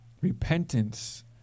Repentance